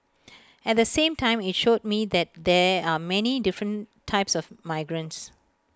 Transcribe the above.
at the same time IT showed me that there are many different types of migrants